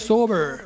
Sober